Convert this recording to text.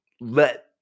let